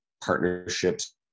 partnerships